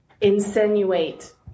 insinuate